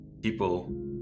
people